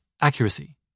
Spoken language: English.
accuracy